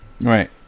Right